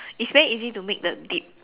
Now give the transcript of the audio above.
it's very easy to make the dip